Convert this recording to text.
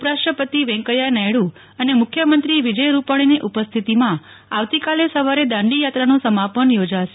ઉપરાષ્ટ્રપતિ વેંકઈયા નાયડુ અને મુખ્યમંત્રી વિજય રૂપાણીની ઉપસ્થિતિમાં આવતીકાલે સવારે દાંડી થાત્રાનું સમાપન યોજાશે